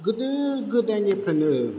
गोदो गोदायनिफ्रायनो